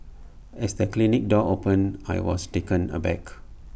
as the clinic door opened I was taken aback